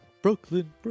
Brooklyn